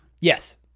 Yes